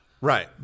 Right